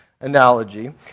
analogy